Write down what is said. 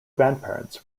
grandparents